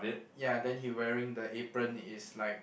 ya then he wearing the apron is like